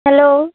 hello